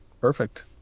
Perfect